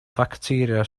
facteria